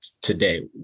today